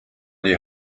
die